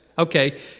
Okay